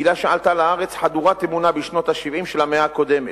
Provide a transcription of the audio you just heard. קהילה שעלתה לארץ חדורת אמונה בשנות ה-70 של המאה הקודמת,